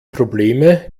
probleme